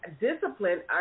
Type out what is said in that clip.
discipline